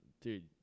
dude